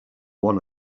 one